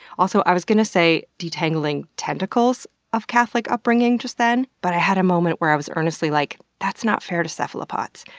also, i was going to say detangling tentacles of catholic upbringing just then, but i had a moment where i was earnestly like, that's not fair to cephalopods.